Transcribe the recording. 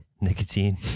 Nicotine